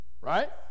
Right